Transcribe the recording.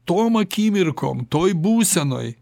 tom akimirkom toj būsenoj